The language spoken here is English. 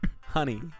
Honey